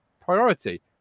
priority